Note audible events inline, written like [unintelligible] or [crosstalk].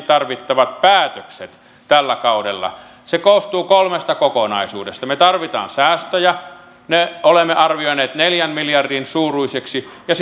[unintelligible] tarvittavat päätökset tällä kaudella se koostuu kolmesta kokonaisuudesta me tarvitsemme säästöjä ne me olemme arvioineet neljän miljardin suuruisiksi ja [unintelligible]